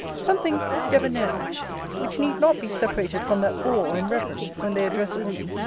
something debonnaire which need not be separated from that awe and reverence, when they address a woman,